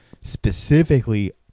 specifically